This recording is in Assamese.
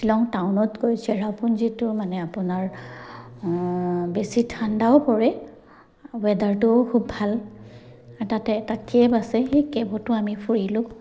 শ্বিলং টাউনতকে চেৰাপুঞ্জীটো যিটো মানে আপোনাৰ বেছি ঠাণ্ডাও পৰে ৱেডাৰটোও খুব ভাল তাতে এটা কেভ আছে সেই কেভতো আমি ফুৰিলোঁ